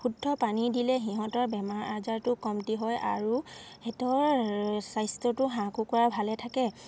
শুদ্ধ পানী দিলে সিহঁতৰ বেমাৰ আজাৰটো কমটি হয় আৰু সিহঁতৰ স্বাস্থ্যটো হাঁহ কুকুৰা ভালে থাকে